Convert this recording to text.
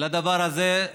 לדבר הזה,